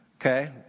Okay